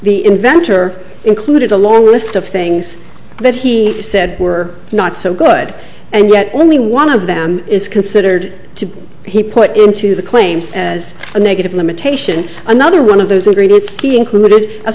inventor included a long list of things that he said were not so good and yet only one of them is considered to be he put into the claims as a negative limitation another one of those ingredients he included as